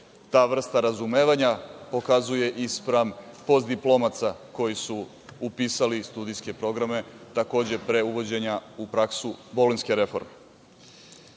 ta vrsta razumevanja pokazuje i spram postdiplomaca koji su upisali studijske programe takođe pre uvođenja u praksu bolonjske reforme. Želim